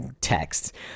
text